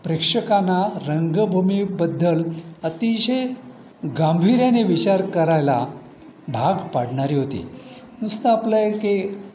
प्रेक्षकांना रंगभूमीबद्दल अतिशय गांभीर्याने विचार करायला भाग पाडणारी होती नुसतं आपलं एक